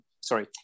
sorry